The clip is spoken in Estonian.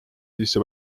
sisse